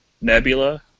Nebula